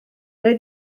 wnei